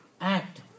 Act